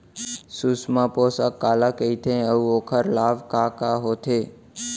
सुषमा पोसक काला कइथे अऊ ओखर लाभ का का होथे?